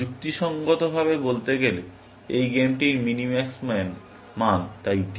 যুক্তিসঙ্গতভাবে বলতে গেলে গেমটির মিনিম্যাক্স মান তাই D